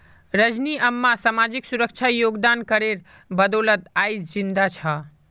रजनी अम्मा सामाजिक सुरक्षा योगदान करेर बदौलत आइज जिंदा छ